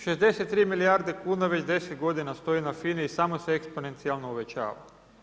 63 milijarde kuna već 10 g. stoje na FINA-i i samo se eksponencijalno uvećava.